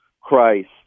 Christ